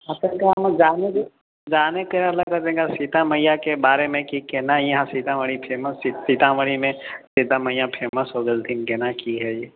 जानै के रहलऽ कनिका सीता मैया के बारे मे की केना यहाँ सीतामढ़ी फेमस छै सीतामढ़ी मे सीता मैया फेमस हो गेलखिन केना की है